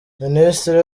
ministre